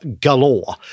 galore